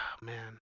man